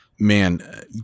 man